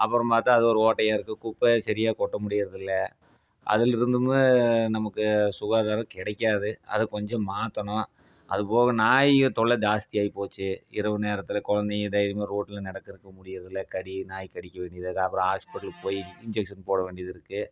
அப்புறம் பார்த்தா அது ஒரு ஓட்டையாக இருக்குது குப்பை சரியாக கொட்ட முடிகிறது இல்லை அதிலருந்துமே நமக்கு சுகாதாரம் கிடைக்காது அதை கொஞ்சம் மாற்றணும் அது போக நாய்கள் தொல்லை ஜாஸ்த்தியாகி போச்சு இரவு நேரத்தில் குழந்தைங்க தைரியமாக ரோட்டில் நடக்கிறதுக்கு முடிகிறது இல்லை கடி நாய் கடிக்க வேண்டியதாக இருக்குது அப்புறம் ஹாஸ்பிட்டலுக்கு போய் இன்ஜெக்சன் போட வேண்டியது இருக்குது